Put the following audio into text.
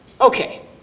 okay